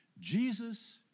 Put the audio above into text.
Jesus